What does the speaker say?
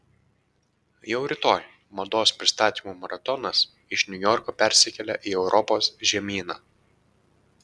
jau rytoj mados pristatymų maratonas iš niujorko persikelia į europos žemyną